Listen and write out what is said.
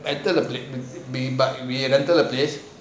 better but we handle of this